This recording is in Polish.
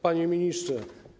Panie Ministrze!